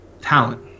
talent